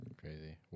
Crazy